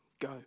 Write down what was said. Go